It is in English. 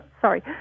sorry